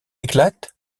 éclate